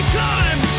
time